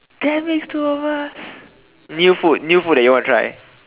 ten minutes to over new food new food that you want to try